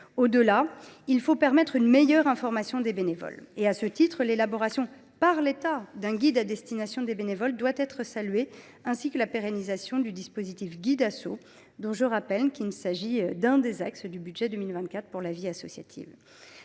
Il faut aussi permettre une meilleure information des bénévoles. À ce titre, l’élaboration par l’État d’un guide à destination des bénévoles doit être saluée, ainsi que la pérennisation du dispositif Guid’Asso, dont je rappelle qu’il s’agit d’un des axes du budget pour 2024 pour la vie associative.